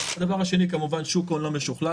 הדבר השני, כמובן שוק הון לא משוכלל.